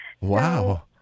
Wow